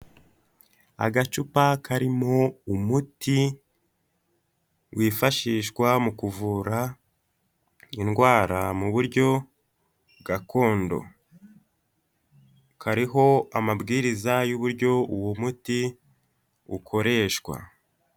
Agacupa karimo umuti wifashishwa mu kuvura indwara mu buryo gakondo kariho amabwiriza y'uburyo uwo muti ukoreshwa.